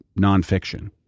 nonfiction